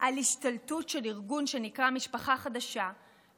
על השתלטות של ארגון שנקרא "בוחרים במשפחה",